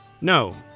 No